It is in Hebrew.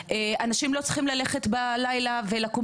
אנשים לא צריכים ללכת לישון בלילה ולקום